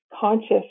conscious